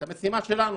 את המשימה שלנו,